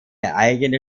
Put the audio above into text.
eigene